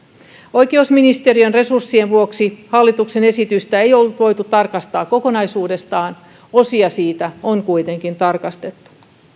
oikeusministeriön resurssien vuoksi hallituksen esitystä ei ollut voitu tarkastaa kokonaisuudessaan osia siitä on kuitenkin tarkastettu